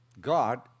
God